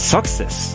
Success